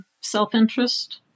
self-interest